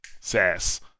Sass